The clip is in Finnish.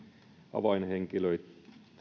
avainhenkilöitten